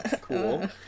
cool